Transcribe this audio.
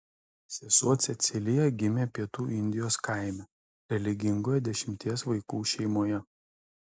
sesuo cecilija gimė pietų indijos kaime religingoje dešimties vaikų šeimoje